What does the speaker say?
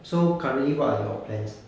so currently what are your plans